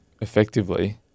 effectively